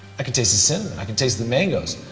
i can taste the cinnamon, i can taste the mangoes.